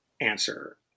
answer